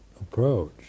approach